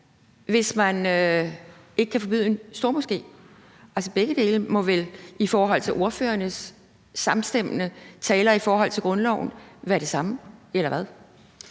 hvis man ikke kan forbyde en stormoské? Altså, begge dele må vel i forhold til ordførernes samstemmende taler i forhold til grundloven være det samme, eller hvad?